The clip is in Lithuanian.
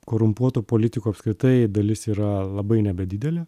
korumpuotų politikų apskritai dalis yra labai nebe didelė